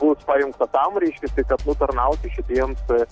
bus pajungta tam reiškiasi kad nu tarnauti šitiems